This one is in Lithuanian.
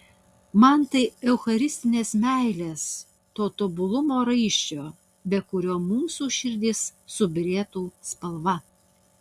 man tai eucharistinės meilės to tobulumo raiščio be kurio mūsų širdys subyrėtų spalva